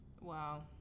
Wow